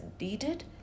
needed